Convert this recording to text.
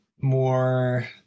more